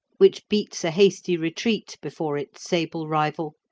which beats a hasty retreat before its sable rival,